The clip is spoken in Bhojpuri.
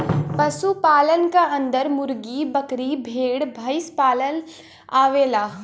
पशु पालन क अन्दर मुर्गी, बकरी, भेड़, भईसपालन आवेला